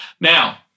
Now